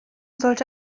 sollte